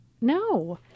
No